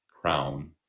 crown